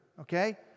Okay